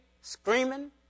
screaming